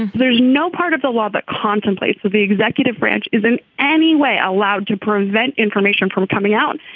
there's no part of the law that contemplates the executive branch is in any way allowed to prevent information from coming out.